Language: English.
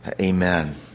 amen